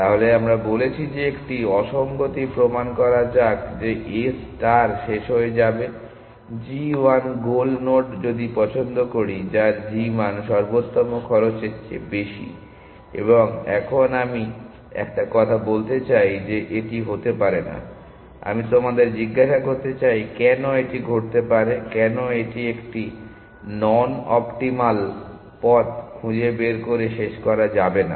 তাহলে আমরা বলছি যে একটি অসঙ্গতি প্রমাণ করা যাক যে a ষ্টার শেষ হয়ে যাবে g1 গোল নোড যদি পছন্দ করি যার g মান সর্বোত্তম খরচের চেয়ে বেশি এবং এখন আমি একটি কথা বলতে চাই যে এটি হতে পারে না আমি তোমাদের জিজ্ঞাসা করতে চাই কেন এটি ঘটতে পারে কেন এটি একটি নন অপ্টিমাল পথ খুঁজে বের করে শেষ করা যাবে না